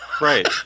Right